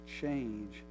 change